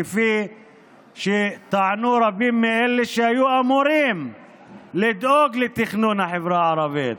כפי שטענו רבים מאלה שהיו אמורים לדאוג לתכנון החברה הערבית,